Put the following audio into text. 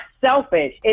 selfish